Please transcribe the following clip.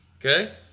Okay